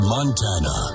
Montana